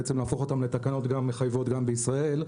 בעצם להפוך אותן לתקנות מחייבות גם בישראל,